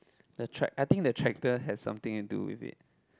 the tract I think the tractor has something and do with it